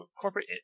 corporate